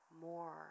more